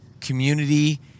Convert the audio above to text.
community